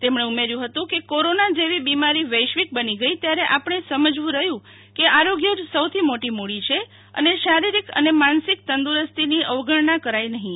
તેમણે ઉમેર્યું હતું કે કોરોના જેવી બીમારી વૈશ્વિક બની ગઈ ત્યારે આપણે સમજવું રહ્યું કે આરોગ્ય જ સૌથી મોટી મૂડી છે અને શારીરિક અને માનસિક તંદુરસ્તીની અવગણના કરાય નહીં